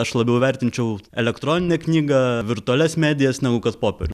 aš labiau vertinčiau elektroninę knygą virtualias medijas negu kad popierių